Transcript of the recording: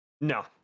No